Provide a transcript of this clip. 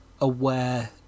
aware